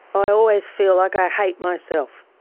i always feel like i hate myself.